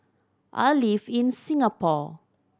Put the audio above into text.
I live in Singapore